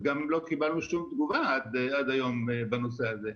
וגם לא קיבלנו שום תגובה עד היום בנושא הזה.